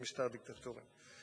משטר דיקטטורי.